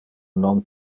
non